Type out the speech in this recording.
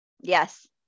Yes